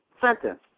sentence